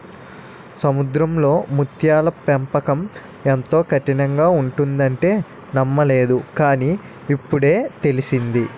సముద్రంలో ముత్యాల పెంపకం ఎంతో కఠినంగా ఉంటుందంటే నమ్మలేదు కాని, ఇప్పుడే తెలిసింది